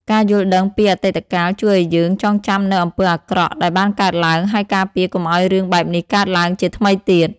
ការយល់ដឹងពីអតីតកាលជួយឲ្យយើងចងចាំនូវអំពើអាក្រក់ដែលបានកើតឡើង ហើយការពារកុំឲ្យរឿងបែបនេះកើតឡើងជាថ្មីទៀត។